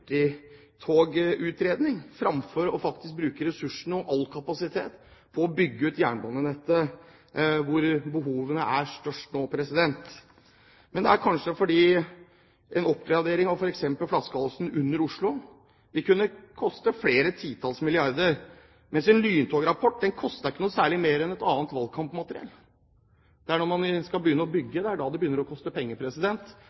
framfor faktisk å bruke ressursene og all kapasitet på å bygge ut jernbanenettet, hvor behovene er størst nå. Men det er kanskje fordi en oppgradering av f.eks. flaskehalsen under Oslo vil kunne koste flere titalls milliarder, mens en lyntograpport ikke koster noe særlig mer enn valgkampmateriell. Det er når man skal begynne å